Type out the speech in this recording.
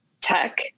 tech